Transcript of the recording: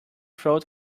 throat